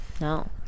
No